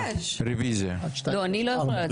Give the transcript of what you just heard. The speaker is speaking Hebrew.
אני לא יכולה להצביע.